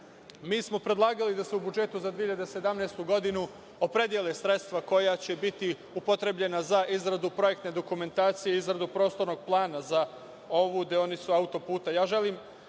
Mi smo predlagali da se u budžetu za 2017. godinu opredele sredstva koja će biti upotrebljena za izradu projektne dokumentacije i izradu prostornog plana za ovu deonicu auto-puta. Želim